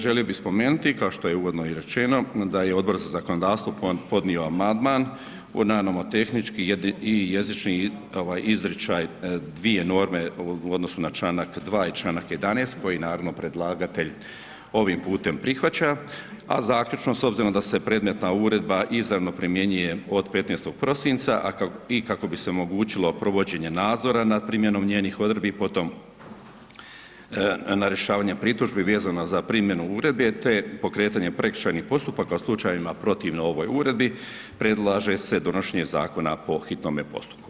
Želio bih spomenuti kao što je uvodno i rečeno da je Odbor za zakonodavstvo podnio amandman na nomotehnički tehnički i jezični izričaj dvije norme u odnosu na Članak 2. i Članak 11. koji naravno predlagatelj ovim putem prihvaća, a zaključno s obzirom da se predmetna uredba izravno primjenjuje od 15. prosinca i kako bi se omogućilo provođenje nadzora nad primjenom njenih odredbi, potom na rješavanje pritužbi vezano za primjenu uredbe, te pokretanje prekršajnih postupaka u slučajevima protivno ovoj uredi, predlaže se donošenje zakona po hitnome postupku.